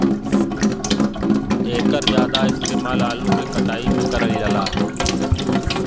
एकर जादा इस्तेमाल आलू के कटाई में करल जाला